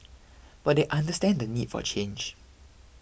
but they understand the need for change